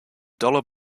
dollar